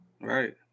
Right